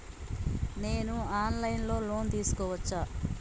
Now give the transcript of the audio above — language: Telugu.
నేను ఆన్ లైన్ లో లోన్ తీసుకోవచ్చా?